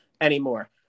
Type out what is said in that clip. anymore